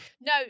No